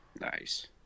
Nice